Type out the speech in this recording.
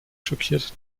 schockiert